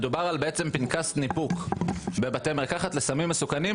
מדובר על פנקס ניפוק בבתי מרקחת לסמים מסוכנים,